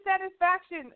satisfaction